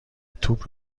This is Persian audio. توپ